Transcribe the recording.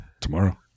tomorrow